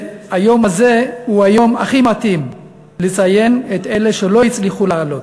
והיום הזה הוא היום הכי מתאים לציין את אלה שלא הצליחו לעלות.